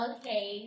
Okay